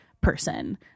person